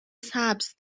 سبز